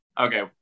Okay